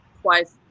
Twice